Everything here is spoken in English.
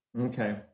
Okay